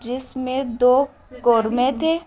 جس میں دو قورمے تھے